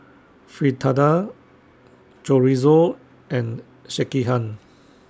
Fritada Chorizo and Sekihan